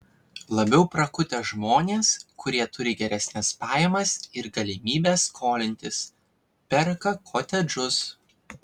labiau prakutę žmonės kurie turi geresnes pajamas ir galimybes skolintis perka kotedžus